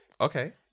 Okay